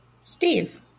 Steve